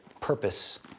purpose